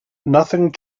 nothing